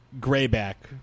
grayback